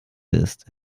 ist